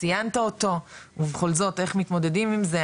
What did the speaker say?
ציינת אותו, ובכל זאת איך מתמודדים עם זה?